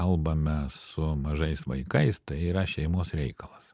kalbame su mažais vaikais tai yra šeimos reikalas